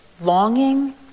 longing